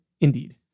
indeed